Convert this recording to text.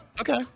Okay